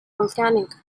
volcanic